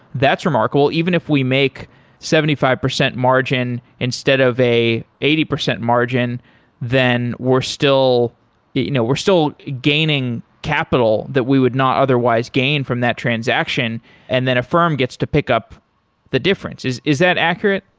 that's remarkable, even if we make seventy five percent margin instead of an eighty percent margin then we're still you know, we're still gaining capital that we would not otherwise gain from that transaction and then affirm gets to pick up the difference, is is that accurate?